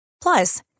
Plus